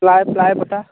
ply ପ୍ଲାଏ ପଟା